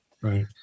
Right